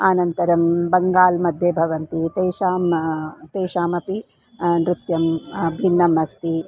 अनन्तरं बङ्गाल्मध्ये भवन्ति तेषां तेषामपि नृत्यं भिन्नम् अस्ति